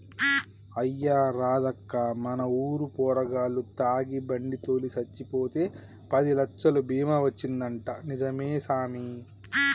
అయ్యా రాదక్కా మన ఊరు పోరగాల్లు తాగి బండి తోలి సచ్చిపోతే పదిలచ్చలు బీమా వచ్చిందంటా నిజమే సామి